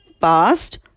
past